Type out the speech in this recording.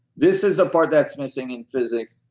this is a part that's missing in physics.